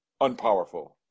unpowerful